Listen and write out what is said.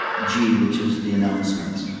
g, which is the announcements.